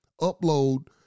upload